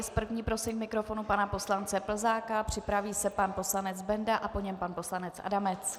S první prosím k mikrofonu pana poslance Plzáka, připraví se pan poslanec Benda a po něm pan poslanec Adamec.